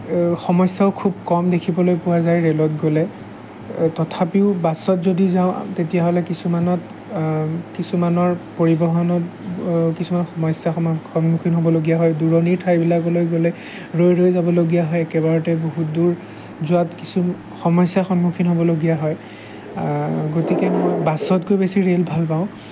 সমস্যাও খুব কম দেখিবলৈ পোৱা যায় ৰেলত গ'লে তথাপিও বাছত যদি যাওঁ তেতিয়াহ'লে কিছুমানত কিছুমানৰ পৰিবহণত কিছুমান সমস্যাৰ সন্মুখীন হ'বলগীয়া হয় দূৰণিৰ ঠাইবিলাকলৈ গ'লে ৰৈ ৰৈ যাবলগীয়া হয় একেবাৰতে বহুত দূৰ যোৱাত কিছু সমস্যাৰ সন্মুখীন হ'বলগীয়া হয় গতিকে মানে বাছতকৈ বেছি বেছি ৰেল ভালপাওঁ